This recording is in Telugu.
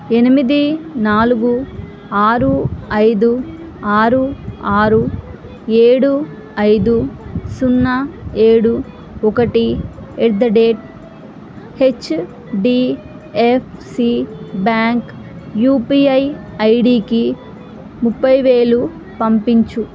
ఎనిమిది నాలుగు ఆరు ఐదు ఆరు ఆరు ఏడు ఐదు సున్నా ఏడు ఒకటి at the date HDFC bank UPI ఐడీకి ముప్ఫై వేలు పంపించు